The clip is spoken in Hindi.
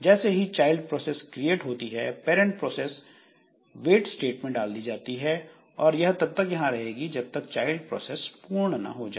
जैसे ही चाइल्ड प्रोसेस क्रिएट होती है पैरंट प्रोसेस वेट स्टेट में डाल दी जाती है और यह तब तक यहां रहेगी जब तक चाइल्ड प्रोसेस पूर्ण ना हो जाए